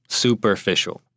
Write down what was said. superficial 。